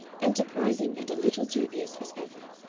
enterprising and a little dubious as ever,